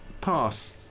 Pass